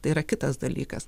tai yra kitas dalykas